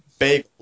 Bagels